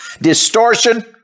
Distortion